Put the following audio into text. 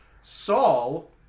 Saul